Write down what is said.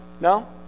No